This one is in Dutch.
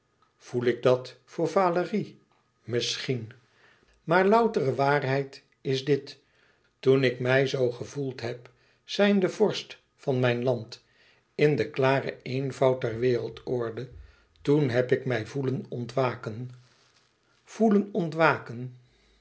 voel ik dat door valérie misschien maar loutere waarheid is dit toen ik mij zoo gevoeld heb zijnde vorst van mijn land in den klaren eenvoud der wereldorde toen heb ik mij voelen ontwaken voelen ontwaken